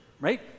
right